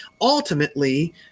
Ultimately